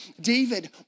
David